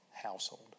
household